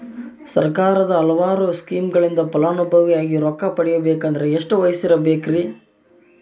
ಸರ್ಕಾರದ ಹಲವಾರು ಸ್ಕೇಮುಗಳಿಂದ ಫಲಾನುಭವಿಯಾಗಿ ರೊಕ್ಕ ಪಡಕೊಬೇಕಂದರೆ ಎಷ್ಟು ವಯಸ್ಸಿರಬೇಕ್ರಿ?